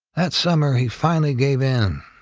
that summer, he finally gave in,